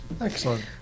Excellent